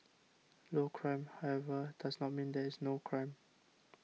low crime however does not mean that there is no crime